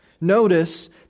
Notice